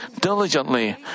diligently